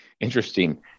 Interesting